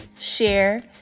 share